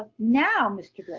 now, mr. drake.